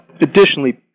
additionally